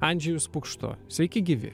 andžejus pukšto sveiki gyvi